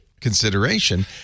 consideration